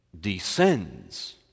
descends